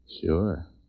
Sure